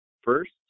first